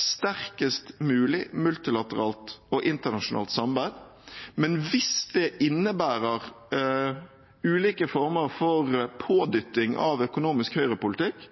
sterkest mulig multilateralt og internasjonalt samarbeid, men hvis det innebærer ulike former for pådytting av økonomisk høyrepolitikk,